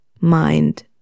mind